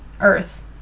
earth